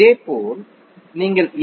இதேபோல் நீங்கள் ஏ